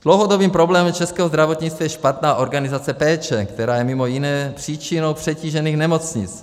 Dlouhodobým problémem českého zdravotnictví je špatná organizace péče, která je mimo jiné příčinou přetížených nemocnic.